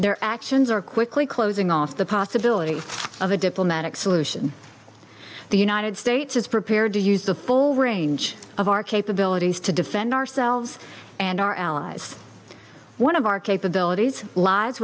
their actions are quickly closing off the possibility of a diplomatic solution the united states is prepared to use the full range of our capabilities to defend ourselves and our allies one of our capabilities lies